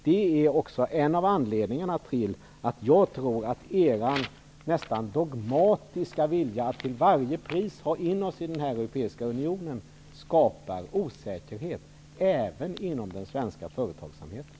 Det är också en av anledningarna till att jag tror att er nästan dogmatiska vilja att till varje pris få in oss i den europeiska unionen skapar osäkerhet även inom den svenska företagsamheten.